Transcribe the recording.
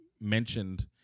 mentioned